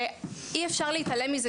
ואי אפשר להתעלם מזה.